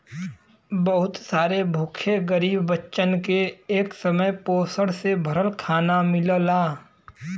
बहुत सारे भूखे गरीब बच्चन के एक समय पोषण से भरल खाना मिलला